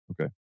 Okay